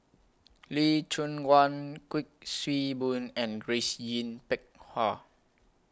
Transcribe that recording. Lee Choon Guan Kuik Swee Boon and Grace Yin Peck Ha